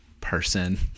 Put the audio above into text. person